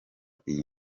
iyi